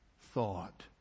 thought